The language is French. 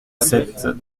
sept